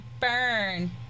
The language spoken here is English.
Burn